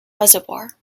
reservoir